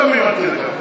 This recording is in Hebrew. אתה לא תמים עד כדי כך.